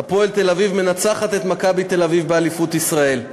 "הפועל תל-אביב" מנצחת את "מכבי תל-אביב" באליפות ישראל.